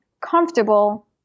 comfortable